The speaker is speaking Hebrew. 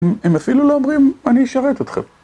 הם אפילו לא אומרים, אני אשרת אתכם.